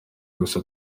gusa